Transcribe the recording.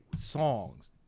songs